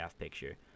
picture